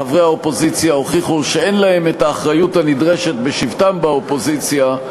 חברי האופוזיציה הוכיחו שאין להם האחריות הנדרשת בשבתם באופוזיציה,